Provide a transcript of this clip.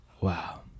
Wow